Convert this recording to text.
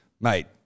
Mate